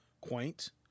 quaint